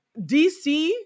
DC